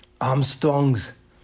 Armstrong's